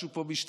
משהו פה משתנה,